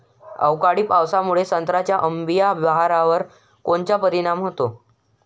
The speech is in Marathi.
अवकाळी पावसामुळे संत्र्याच्या अंबीया बहारावर कोनचा परिणाम होतो?